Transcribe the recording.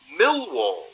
Millwall